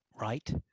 right